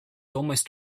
almost